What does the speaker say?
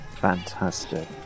Fantastic